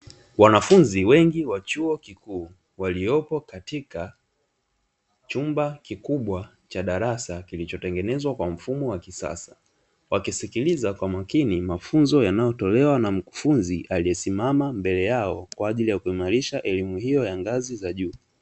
Wanafunzi wengi wa chuo kikuu waliopo katika chumba kikubwa cha darasa kilichotengenezwa kwa mfumo wa kisasa, wakisikiliza kwa makini mafunzo yanayotolewa na mkufunzi aliyesimama mbele yao kwa ajili ya kuimarisha elimu hiyo ya ngazi za juu.